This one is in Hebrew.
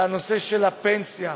זה הנושא של הפנסיה,